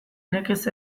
nekez